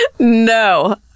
No